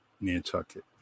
Nantucket